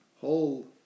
whole